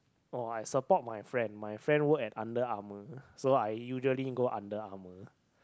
oh I support my friend my friend work at Under-Armour so I usually go Under-Armour